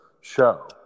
show